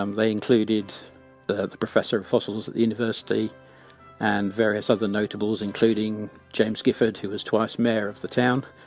um they included the the professor of fossils at the university and various other notables, including james gifford, who was twice mayor of the town.